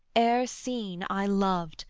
ere seen i loved,